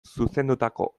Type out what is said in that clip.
zuzendutako